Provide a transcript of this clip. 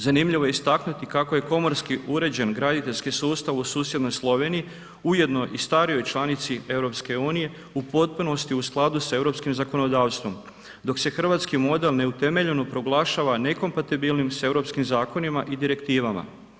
Zanimljivo je istaknuti kako je komorski uređen graditeljski sustav u susjednoj Sloveniji ujedno i starijoj članici EU-a, u potpunosti u skladu sa europskim zakonodavstvom, dok se hrvatski model neutemeljeno proglašava nekompatibilnim s europskim zakonima i direktivama.